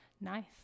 Nice